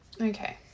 Okay